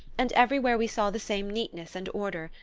and everywhere we saw the same neatness and order,